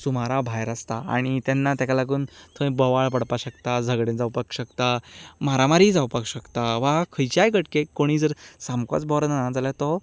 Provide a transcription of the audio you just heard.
सुमारा भायर आसता आनी ताका लागून थंय बोवाळ पडपाक शकता झगडीं जावपाक शकता मारामारीय जावपाक शकता वा खंयच्याय घटकेक कोणूय जर सामकोच बरो ना जाल्यार तो